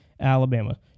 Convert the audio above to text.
Alabama